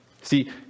See